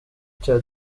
cya